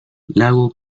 lago